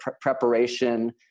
preparation